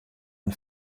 men